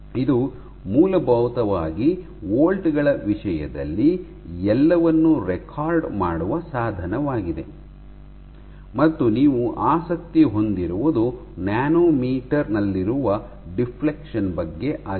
ಇದು ಮೂಲಭೂತವಾಗಿ ವೋಲ್ಟ್ ಗಳ ವಿಷಯದಲ್ಲಿ ಎಲ್ಲವನ್ನೂ ರೆಕಾರ್ಡ್ ಮಾಡುವ ಸಾಧನವಾಗಿದೆ ಮತ್ತು ನೀವು ಆಸಕ್ತಿ ಹೊಂದಿರುವುದು ನ್ಯಾನೊಮೀಟರ್ ನಲ್ಲಿರುವ ಡಿಫ್ಲೆಕ್ಷನ್ ಬಗ್ಗೆ ಆಗಿದೆ